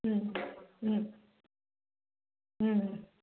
ம் ம் ம்ம்